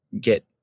get